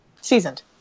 seasoned